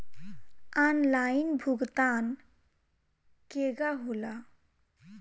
Online भुगतान केगा होला?